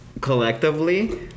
collectively